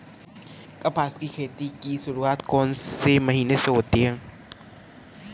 कपास की खेती की शुरुआत कौन से महीने से होती है?